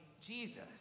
Jesus